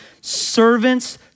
servants